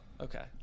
okay